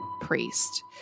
priest